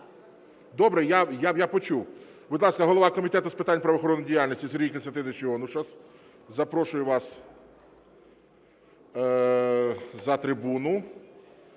Добре, я почув. Будь ласка, голова Комітету з питань правоохоронної діяльності Сергій Костянтинович Іонушас, запрошую вас за трибуну.